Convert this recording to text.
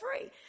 free